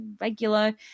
regular